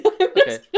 okay